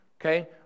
okay